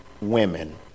Women